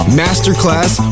masterclass